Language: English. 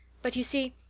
but, you see,